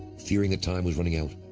fearing that time was running out,